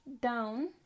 down